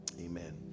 Amen